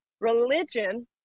Religion